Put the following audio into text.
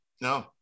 No